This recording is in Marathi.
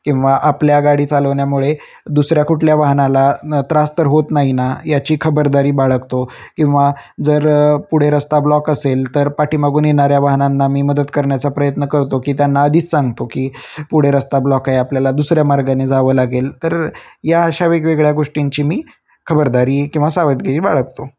किंवा आपल्या गाडी चालवण्यामुळे दुसऱ्या कुठल्या वाहनाला न त्रास तर होत नाही ना याची खबरदारी बाळगतो किंवा जर पुढे रस्ता ब्लॉक असेल तर पाठीमागून येणाऱ्या वाहनांना मी मदत करण्याचा प्रयत्न करतो की त्यांना आधीच सांगतो की पुढे रस्ता ब्लॉक आहे आपल्याला दुसऱ्या मार्गाने जावं लागेल तर या अशा वेगवेगळ्या गोष्टींची मी खबरदारी किंवा सावधगिरी बाळगतो